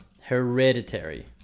hereditary